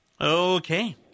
Okay